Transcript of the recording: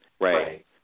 right